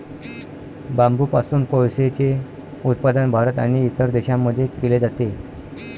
बांबूपासून कोळसेचे उत्पादन भारत आणि इतर देशांमध्ये केले जाते